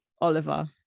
Oliver